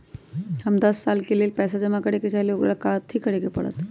हम दस साल के लेल पैसा जमा करे के चाहईले, ओकरा ला कथि करे के परत?